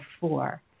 four